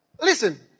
Listen